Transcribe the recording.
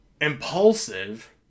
impulsive